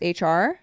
HR